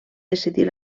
decidir